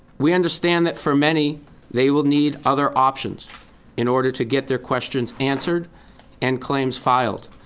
we understand that for many they will need other options in order to get their questions answered and claims filed.